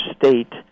state